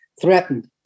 threatened